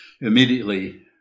immediately